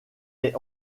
est